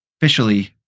Officially